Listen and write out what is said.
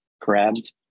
grabbed